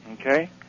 Okay